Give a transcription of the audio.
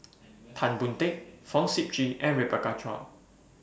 Tan Boon Teik Fong Sip Chee and Rebecca Chua